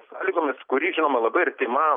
sąlygomis kuri žinoma labai artima